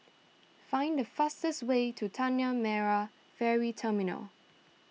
find the fastest way to Tanah Merah Ferry Terminal